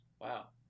Wow